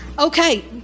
Okay